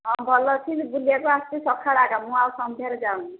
ହଁ ଭଲ ଅଛି ଯେ ବୁଲିବାକୁ ଆସୁଛି ସଖାଳେ ଏକା ମୁଁ ଆଉ ସନ୍ଧ୍ୟାରେ ଯାଉନି